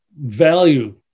value